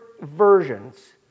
versions